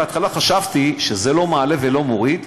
בהתחלה חשבתי שזה לא מעלה ולא מוריד,